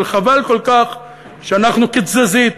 אבל חבל כל כך שאנחנו כתזזית,